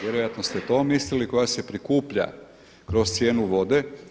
Vjerojatno ste to mislili koja se prikuplja kroz cijenu vode.